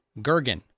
Gergen